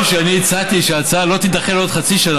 הינה, שר עם ניסיון, חיים כץ.